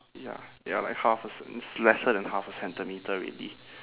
ya ya like half a cen~ it's lesser than half a centimetre already